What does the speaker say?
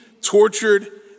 tortured